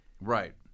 right